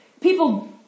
People